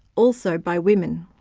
also by women.